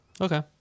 okay